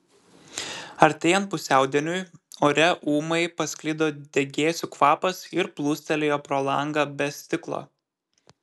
artėjant pusiaudieniui ore ūmai pasklido degėsių kvapas ir plūstelėjo pro langą be stiklo